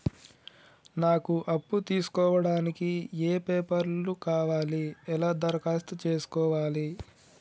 నాకు అప్పు తీసుకోవడానికి ఏ పేపర్లు కావాలి ఎలా దరఖాస్తు చేసుకోవాలి?